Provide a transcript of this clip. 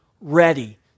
ready